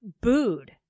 booed